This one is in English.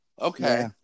Okay